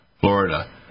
Florida